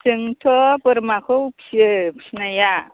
जोंथ' बोरमाखौ फियो फिनाया